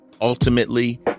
Ultimately